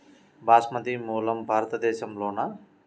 బాస్మతి మూలం భారతదేశంలోనా?